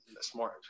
smart